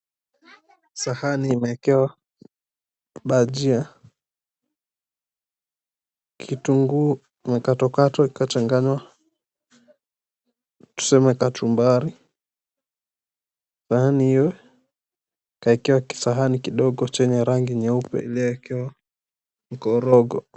Sahani imeekewa bhajia. Kitunguu imekatwakatwa ikachanganywa, tuseme kachumbari. Sahani hiyo ikaekewa kisahani kidogo chenye rangi nyeupe iliyowekewa mkorogo.